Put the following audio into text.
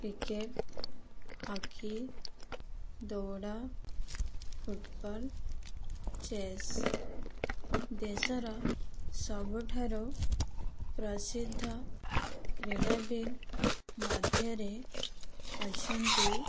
cricket hockey ଦୌଡ଼ football chess ଦେଶର ସବୁଠାରୁ ପ୍ରସିଦ୍ଧ କ୍ରୀଡ଼ାବିତ୍ ମଧ୍ୟରେ ଅଛନ୍ତି